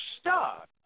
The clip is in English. stuck